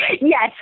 Yes